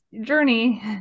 journey